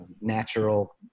natural